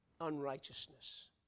unrighteousness